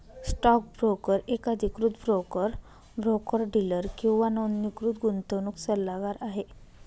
stock broker एक अधिकृत broker, broker dealer किंवा नोंदणीकृत गुंतवणूक सल्लागार आहे